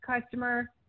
customer